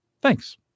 thanks